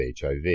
HIV